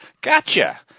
Gotcha